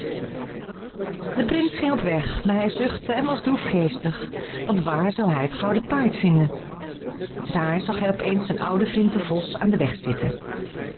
de prins ging op weg maar hij zuchtte en was droefgeestig want waar zou hij het gouden paard vinden daar zag hij op eens zijn ouden vriend de vos aan den weg zitten